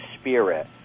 spirit